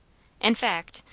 in fact,